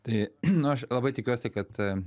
tai nu aš labai tikiuosi kad